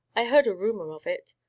i heard a rumour of it.